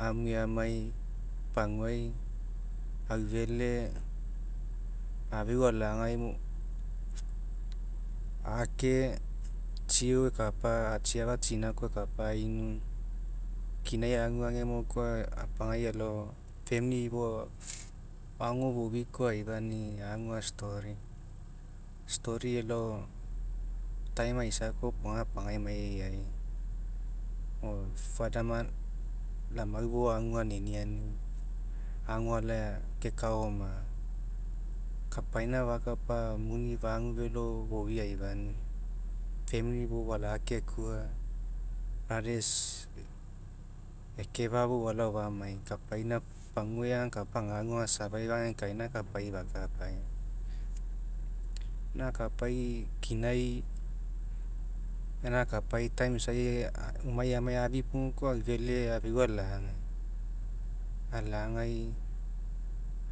amue amai paguai aufele afeu alagai age tsi ao ekapa atsiafa tsina ao lai ainu kinai agu agemo koa apagai alao famili fou agu foui koa aifani'i agu a'story a'story elao time aisa kopoga apagai amai e'ai mo father man lau amau fou agau aniniani ago ala kekaoma kapaina fakapa muni fagu felo foui aifani'i famili fou falaakekua brothers ekefa'a fou falao famai kapaina paguai agakapa agagu aga survive agekaina aga kapai fakapai. Ina akapai kinai gaina time isai unainamai afipugu koa aga aufele agau afeu alagai alagai